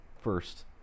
first